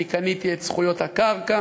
אני קניתי את זכויות הקרקע